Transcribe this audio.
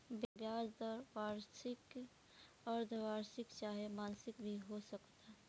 ब्याज दर वार्षिक, अर्द्धवार्षिक चाहे मासिक भी हो सकता